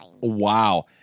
Wow